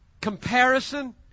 comparison